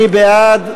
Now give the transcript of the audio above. מי בעד?